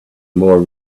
more